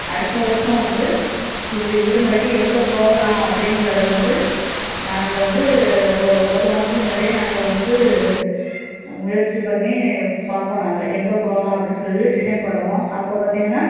அடுத்த வருஷம் வந்து விடுமுறைக்கு எங்கே போகலாம் அப்படிங்குறத வந்து நாங்கள் வந்து ஒரு ஒரு மாதத்துக்கு முன்னாடியே நாங்கள் வந்து முயற்சி பண்ணி பார்ப்போம் நாங்கள் எங்கே போகலாம் அப்படினு சொல்லி டிசைன் பண்ணுவோம் அப்போ பார்த்திங்கன்னா